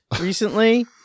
recently